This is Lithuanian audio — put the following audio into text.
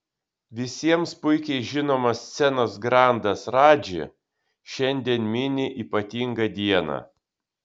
visiems puikiai žinomas scenos grandas radži šiandien mini ypatingą dieną